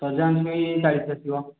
ସଜନା ଛୁଇଁ ଚାଳିଶ ଆସିବ